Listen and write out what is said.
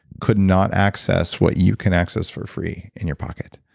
could not access what you can access for free in your pocket.